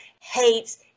hates